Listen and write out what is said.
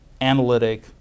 analytic